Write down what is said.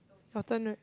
your turn right